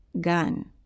Gun